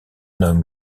homme